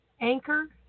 Anchor